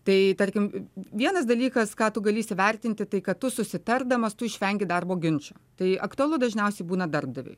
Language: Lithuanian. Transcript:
tai tarkim vienas dalykas ką tu gali įsivertinti tai kad tu susitardamas tu išvengi darbo ginčų tai aktualu dažniausiai būna darbdaviui